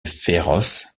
féroce